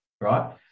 Right